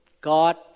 God